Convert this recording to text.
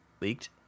leaked